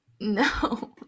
No